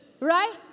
Right